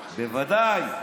בוודאי.